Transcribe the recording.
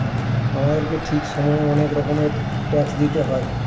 আমাদেরকে ঠিক সময়ে অনেক রকমের ট্যাক্স দিতে হয়